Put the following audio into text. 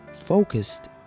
focused